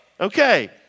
Okay